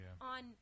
on